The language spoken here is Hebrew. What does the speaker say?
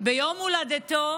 ביום הולדתו